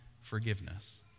forgiveness